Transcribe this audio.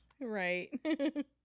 Right